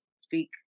speak